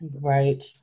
Right